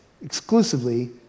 exclusively